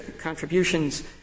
contributions